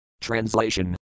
Translation